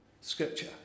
Scripture